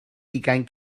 ugain